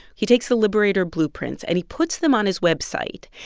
he takes the liberator blueprints, and he puts them on his website.